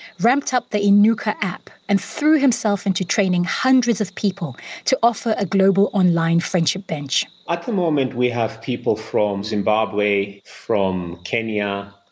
ramped up the inuka app and threw himself into training hundreds of people to offer a global online friendship bench. at the moment we have people from zimbabwe, from kenya,